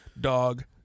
Dog